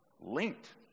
linked